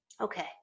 Okay